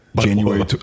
January